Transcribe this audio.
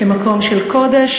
כמקום של קודש,